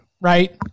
right